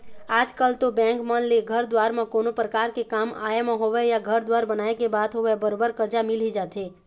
आजकल तो बेंक मन ले घर दुवार म कोनो परकार के काम आय म होवय या घर दुवार बनाए के बात होवय बरोबर करजा मिल ही जाथे